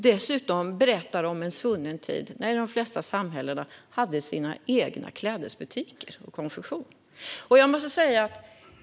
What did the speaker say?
Dessutom berättar de om en svunnen tid då de flesta samhällen hade sina egna kläd och konfektionsbutiker.